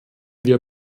wir